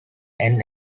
and